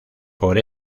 por